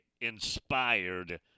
inspired